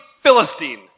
Philistine